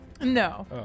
No